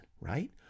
right